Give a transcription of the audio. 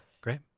Great